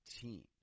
team